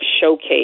showcase